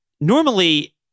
normally